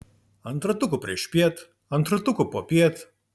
ant ratukų priešpiet ant ratukų popiet